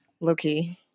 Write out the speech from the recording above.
Low-key